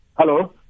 Hello